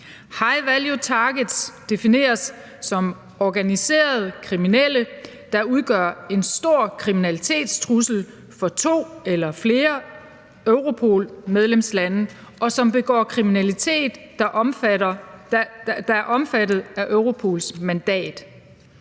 High value targets defineres som organiserede kriminelle, der udgør en stor kriminalitetstrussel for to eller flere Europol-medlemslande, og som begår kriminalitet, der er omfattet af Europols mandat.